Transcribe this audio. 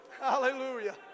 Hallelujah